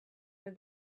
for